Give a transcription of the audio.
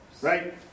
Right